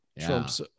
Trump's